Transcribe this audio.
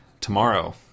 tomorrow